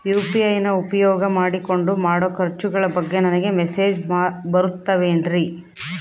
UPI ನ ಉಪಯೋಗ ಮಾಡಿಕೊಂಡು ಮಾಡೋ ಖರ್ಚುಗಳ ಬಗ್ಗೆ ನನಗೆ ಮೆಸೇಜ್ ಬರುತ್ತಾವೇನ್ರಿ?